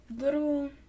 little